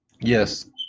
yes